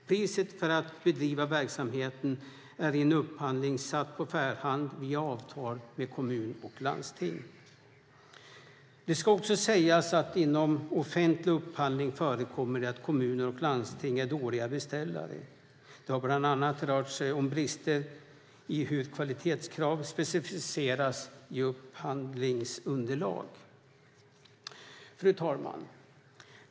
Priset för att bedriva verksamheten är i en upphandling satt på förhand via avtal med kommun och landsting. Det ska också sägas att inom offentlig upphandling förekommer det att kommuner och landsting är dåliga beställare. Det har bland annat rört sig om brister i hur kvalitetskrav specificerats i upphandlingsunderlag. Fru talman!